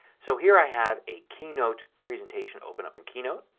so here i have a keynote presentation opened up in keynote.